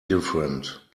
different